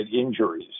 injuries